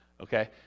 okay